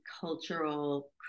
cultural